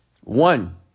One